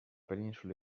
península